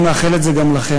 אני מאחל את זה גם לכם.